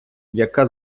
яка